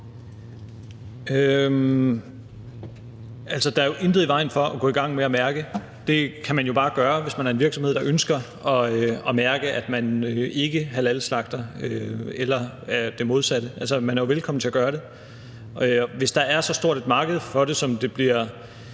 der er jo intet i vejen for at gå i gang med at mærke – det kan man jo bare gøre, hvis man er en virksomhed, der ønsker at mærke, at man ikke halalslagter eller det modsatte. Man er jo velkommen til at gøre det, og hvis der er så stort et marked for det, som det bliver